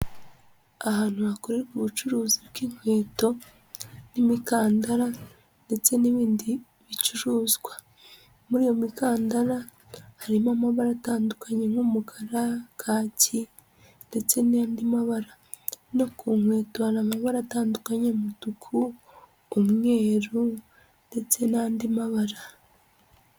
Ahantu hakorerwa ubucuruzi bw'inkweto n'imikandara ndetse n'ibindi bicuruzwa, muri iyo mikandara harimo amabara atandukanye nk'umukara, kaki ndetse n'andi mabara, no ku nkweto hari amabara atandukanye umutuku, umweru ndetse n'andi mabara.